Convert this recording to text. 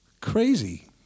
Crazy